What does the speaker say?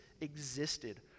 existed